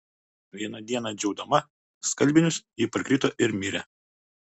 vieną dieną džiaudama skalbinius ji parkrito ir mirė